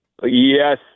Yes